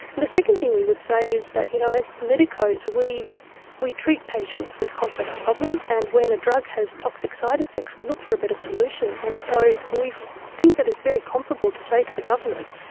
and the second thing we would say is that you know as medicos we we treat patients with complex problems, and when a drug has toxic side effects we look for a better solution. and so we think that it's very comparable to say to the government,